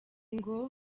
ngo